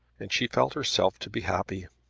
and she felt herself to be happy.